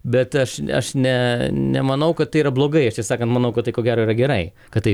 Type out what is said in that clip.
bet aš aš ne nemanau kad tai yra blogai aš tiesą sakant manau kad tai ko gero yra gerai kad tai